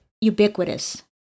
ubiquitous